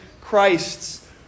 Christ's